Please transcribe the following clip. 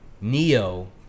Neo